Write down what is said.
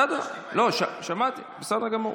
בסדר, שמעתי, בסדר גמור.